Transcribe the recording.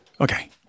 Okay